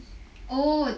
oh